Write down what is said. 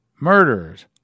murderers